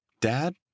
Dad